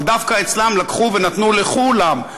אבל דווקא אצלם לקחו ונתנו לכולם,